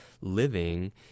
living